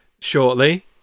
shortly